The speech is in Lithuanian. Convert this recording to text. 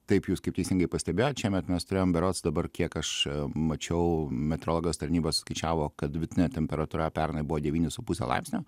taip jūs kaip teisingai pastebėjot šiemet mes turėjom berods dabar kiek aš mačiau metrologijos tarnybos skaičiavo kad vidutinė temperatūra pernai buvo devyni su puse laipsnio